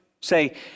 say